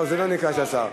לא, זה לא נקרא שיש שר.